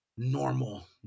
normal